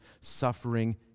suffering